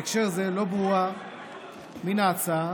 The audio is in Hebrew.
בהקשר זה לא ברורה מן ההצעה